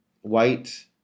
white